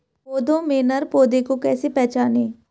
पौधों में नर पौधे को कैसे पहचानें?